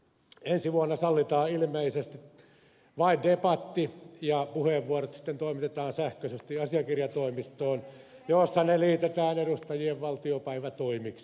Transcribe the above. ensi vuonna sallitaan ilmeisesti vain debatti ja puheet sitten toimitetaan sähköisesti asiakirjatoimistoon jossa ne liitetään edustajien valtiopäivätoimiksi